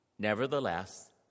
Nevertheless